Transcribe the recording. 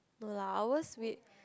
no lah ours we